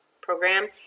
program